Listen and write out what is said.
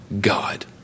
God